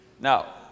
Now